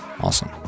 Awesome